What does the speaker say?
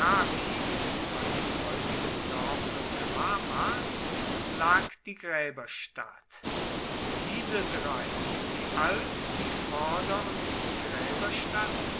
bei dem heutigen dorfe qamart lag die gräberstadt diese drei die alt die vor und die